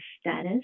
status